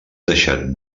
deixat